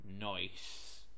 Nice